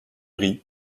ris